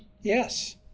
Yes